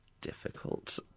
difficult